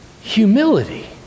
humility